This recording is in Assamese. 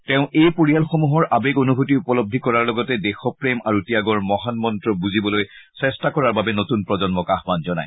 তেওঁ এই পৰিয়ালসমূহৰ আবেগ অনুড়তি উপলধি কৰাৰ লগতে দেশপ্ৰেম আৰু ত্যাগৰ মহান মন্ত্ৰ বুজিবলৈ চেষ্টা কৰাৰ বাবে নতুন প্ৰজন্মক আহান জনায়